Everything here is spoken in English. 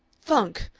funk!